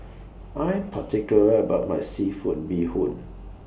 I'm particular about My Seafood Bee Hoon